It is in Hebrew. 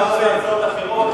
להצעות אחרות,